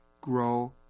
grow